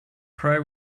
pray